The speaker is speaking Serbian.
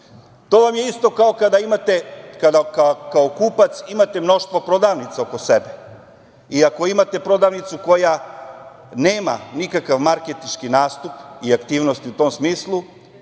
To vam je isto kao kada kao kupac imate mnoštvo prodavnica oko sebe i ako imate prodavnicu koja nema nikakav marketinški nastup i aktivnosti u tom smislu,